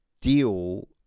deal